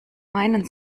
meinen